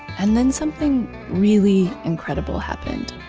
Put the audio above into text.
and then something really incredible happened.